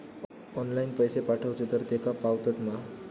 Online पैसे पाठवचे तर तेका पावतत मा?